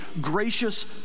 gracious